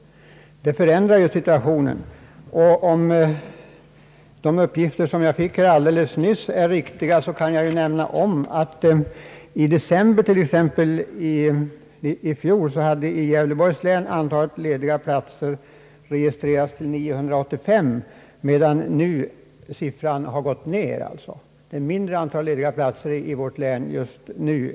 Det gör dagens situation mindre ljus. Enligt uppgifter som jag fick alldeles nyss uppgick antalet lediga platser i Gävleborgs län i december förra året till 985. Av tabellen framgår att antalet nu har minskat.